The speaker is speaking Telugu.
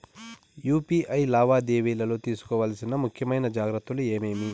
యు.పి.ఐ లావాదేవీలలో తీసుకోవాల్సిన ముఖ్యమైన జాగ్రత్తలు ఏమేమీ?